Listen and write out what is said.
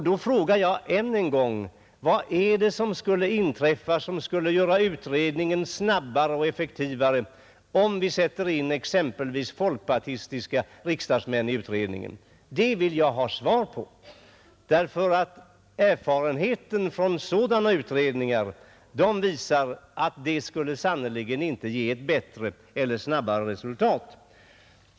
Då frågar jag än en gång: Vad är det som skulle inträffa och som skulle göra utredningen snabbare och effektivare om vi satte in exempelvis folkpartistiska riksdagsmän i utredningen? Den frågan vill jag ha svar på. Erfarenheten från sådana utredningar visar att det sannerligen inte skulle ge ett bättre eller snabbare resultat.